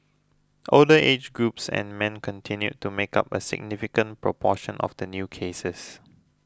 older age groups and men continued to make up a significant proportion of the new cases